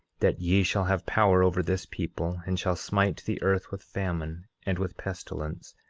that ye shall have power over this people, and shall smite the earth with famine, and with pestilence,